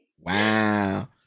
Wow